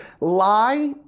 lie